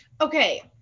okay